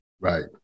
Right